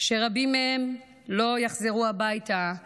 שרבים מהם לא יחזרו הביתה לאהוביהם.